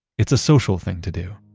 it's a social thing to do.